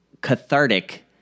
cathartic